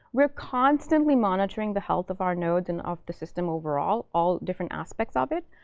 we're constantly monitoring the health of our nodes and of the system overall, all different aspects of it.